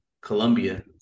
Colombia